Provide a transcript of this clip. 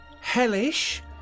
hellish